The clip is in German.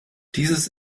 dieses